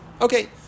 Okay